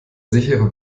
sichere